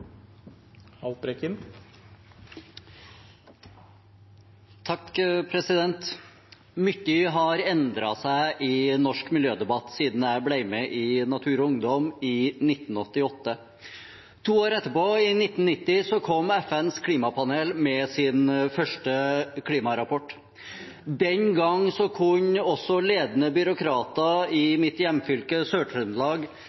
har endret seg i norsk miljødebatt siden jeg ble med i Natur og Ungdom i 1988. To år etterpå, i 1990, kom FNs klimapanel med sin første klimarapport. Den gang kunne også ledende byråkrater